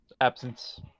absence